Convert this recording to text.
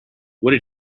what